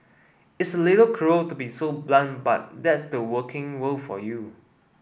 it's a little cruel to be so blunt but that's the working world for you